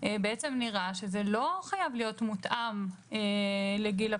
נראה שזה לא חייב להיות מותאם לגיל הפרישה.